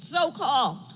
so-called